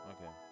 Okay